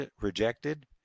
rejected